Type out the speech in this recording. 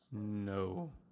No